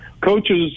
coaches